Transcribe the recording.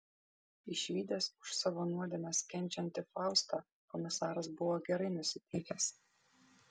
išvydęs už savo nuodėmes kenčiantį faustą komisaras buvo gerai nusiteikęs